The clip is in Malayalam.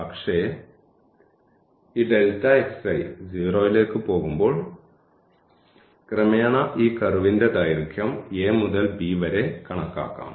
പക്ഷേ ഈ 0 ലേക്ക് പോകുമ്പോൾ ക്രമേണ ഈ കർവിന്റെ ദൈർഘ്യം a മുതൽ b വരെ കണക്കാക്കാം